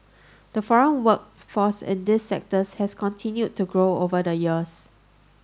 the foreign workforce in these sectors has continued to grow over the years